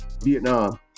Vietnam